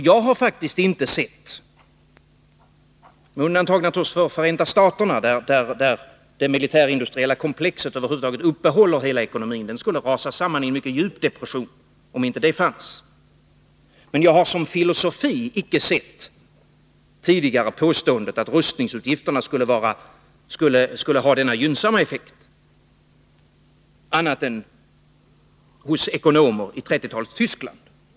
Jag har faktiskt inte som filosofi tidigare sett påståendet att rustningsutgifterna skulle ha en gynnsam effekt annat än hos ekonomer i 1930-talets Tyskland — med undantag naturligtvis för Förenta staterna, där det militärindustriella komplexet över huvud taget uppehåller hela ekonomin, som skulle rasa i en mycket djup depression om inte detta fanns.